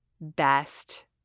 best